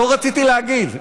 לא רציתי להגיד.